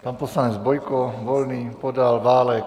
Pan poslanec Bojko, Volný, Podal, Válek?